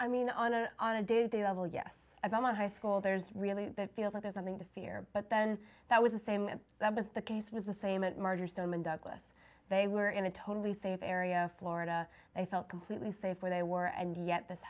i mean on a on a day to day level yes i'm a high school there's really feels like there's nothing to fear but then that was the same that was the case was the same at murder stoneman douglas they were in a totally safe area florida they felt completely safe where they were and yet this